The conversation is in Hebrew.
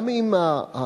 גם אם הסמכות,